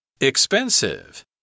Expensive